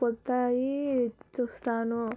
కొత్తవి చూస్తాను